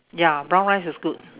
ya brown rice is good